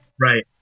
Right